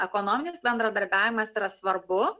ekonominis bendradarbiavimas yra svarbu